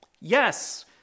yes